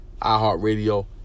iHeartRadio